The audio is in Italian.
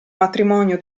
matrimonio